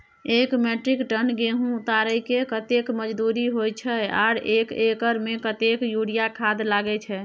एक metric ton गेहूं उतारेके कतेक मजदूरी होय छै आर एक एकर में कतेक यूरिया खाद लागे छै?